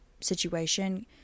situation